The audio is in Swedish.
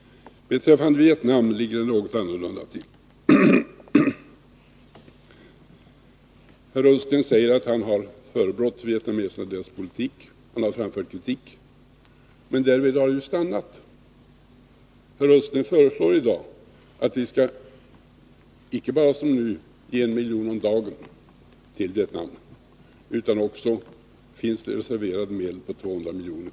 Beträffande Vietnam ligger det något annorlunda till. Herr Ullsten säger att han har förebrått vietnameserna för deras politik och framfört kritik. Men Nr 138 därvid har det ju stannat. Herr Ullsten föreslår i dag att vi skall icke bara som Onsdagen den nu ge 1 miljon om dagen till Vietnam utan också reservera medel på 200 milj. g ET.